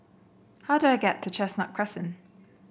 how do I get to Chestnut Crescent